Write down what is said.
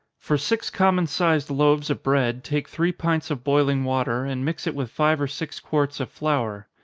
for six common sized loaves of bread, take three pints of boiling water, and mix it with five or six quarts of flour.